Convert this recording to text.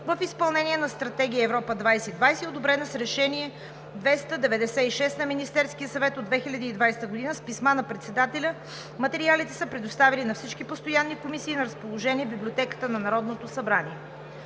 в изпълнение на Стратегия „Европа 2020“, одобрена с Решение № 296 на Министерския съвет от 2020 г. С писма на председателя материалите са предоставени на всички постоянни комисии и са на разположение в Библиотеката на Народното събрание.